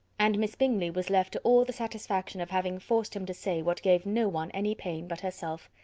and miss bingley was left to all the satisfaction of having forced him to say what gave no one any pain but herself.